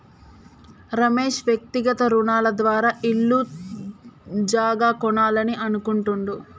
రమేష్ వ్యక్తిగత రుణాల ద్వారా ఇల్లు జాగా కొనాలని అనుకుంటుండు